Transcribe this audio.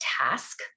task